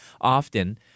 often